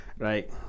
Right